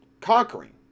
conquering